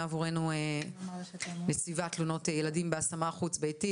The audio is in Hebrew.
עבורינו נציבת תלונות ילדים בהשמה חוץ-ביתית,